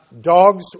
Dogs